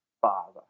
father